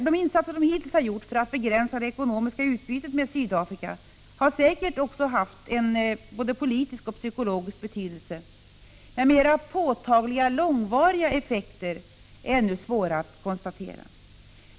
De insatser som hittills har gjorts för att begränsa det ekonomiska utbytet med Sydafrika har säkert haft både en politisk och en psykologisk betydelse. Men några mera påtagliga långvariga effekter är det ännu svårt att konstatera.